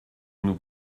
nous